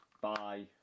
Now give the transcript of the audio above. Bye